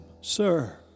Sir